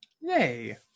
Yay